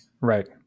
right